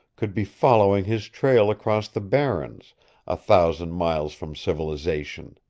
could be following his trail across the barrens a thousand miles from civilization?